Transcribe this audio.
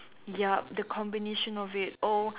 yup the combination of it oh